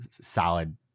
solid